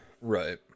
Right